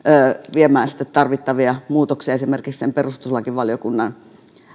viemään sitten tarvittavia muutoksia eteenpäin esimerkiksi sen perustuslakivaliokunnan